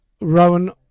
Rowan